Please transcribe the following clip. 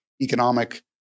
economic